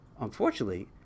Unfortunately